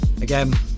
again